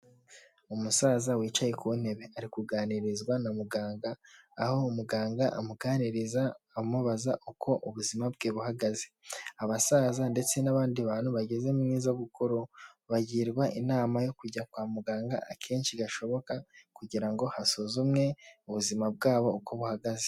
Umusaza wicaye ku ntebe ari kuganirizwa na muganga, aho umuganga amuganiriza amubaza uko ubuzima bwe buhagaze, abasaza ndetse n'abandi bantu bageze muri zabukuru, bagirwa inama yo kujya kwa muganga akenshi gashoboka kugira ngo hasuzumwe ubuzima bwabo uko buhagaze.